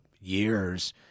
years